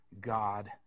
God